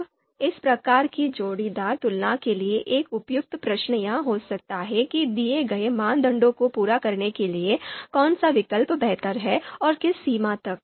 अब इस प्रकार की जोड़ीदार तुलना के लिए एक उपयुक्त प्रश्न यह हो सकता है कि दिए गए मानदंडों को पूरा करने के लिए कौन सा विकल्प बेहतर है और किस सीमा तक